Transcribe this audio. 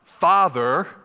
Father